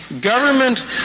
government